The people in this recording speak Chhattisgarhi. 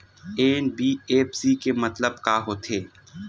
एन.बी.एफ.सी के मतलब का होथे?